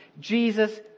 Jesus